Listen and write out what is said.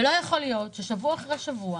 לא ייתכן ששבוע אחרי שבוע